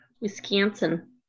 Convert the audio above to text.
wisconsin